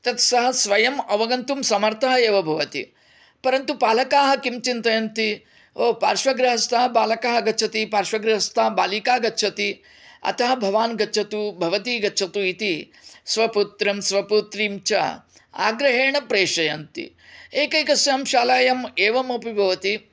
तत् स स्वयं अवगन्तुं समर्थः एव भवति परन्तु पालका किं चिन्तयन्ति ओ पार्श्वगृहस्थः बालकः गच्छति पार्श्वगृहस्था बालिका गच्छति अतः भवान् गच्छतु भवती गच्छतु इति स्वपुत्रं स्वपुत्रीं च आग्रहेण प्रेषयन्ति एकैकस्यां शालायाम् एवमपि भवति